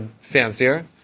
fancier